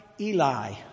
Eli